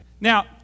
Now